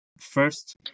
first